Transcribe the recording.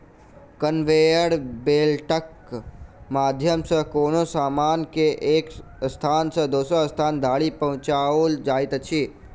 conveyor बेल्टक माध्यम सॅ कोनो सामान के एक स्थान सॅ दोसर स्थान धरि पहुँचाओल जाइत अछि